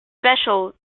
special